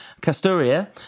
Castoria